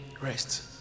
rest